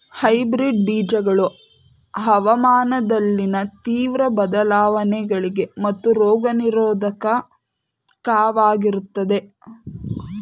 hybrid ಬೀಜಗಳು ಹವಾಮಾನದಲ್ಲಿನ ತೀವ್ರ ಬದಲಾವಣೆಗಳಿಗೆ ಮತ್ತು ರೋಗ ನಿರೋಧಕವಾಗಿರುತ್ತವೆ